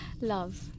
Love